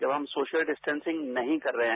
जब हम social distancing नहीं कर रहे हैं